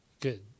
Good